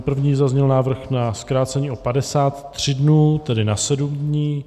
První zazněl návrh na zkrácení o 53 dnů, tedy na 7 dní.